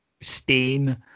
stain